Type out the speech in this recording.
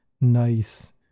nice